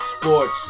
Sports